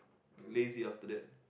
lazy after that